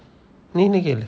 நீணெ கேளு:neenae kealu